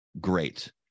great